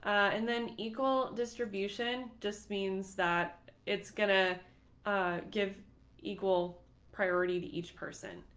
and then equal distribution just means that it's going to give equal priority to each person.